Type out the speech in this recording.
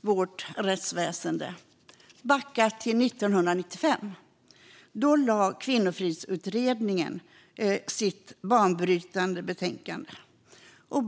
vårt rättsväsen 1995. Då lade kvinnofridsutredningen fram sitt banbrytande betänkande.